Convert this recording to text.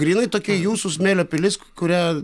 grynai tokia jūsų smėlio pilis kurią